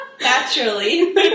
Naturally